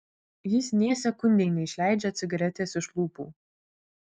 jis nė sekundei neišleidžia cigaretės iš lūpų